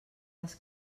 les